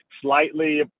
slightly